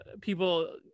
people